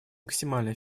максимальной